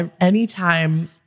anytime –